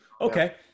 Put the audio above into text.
Okay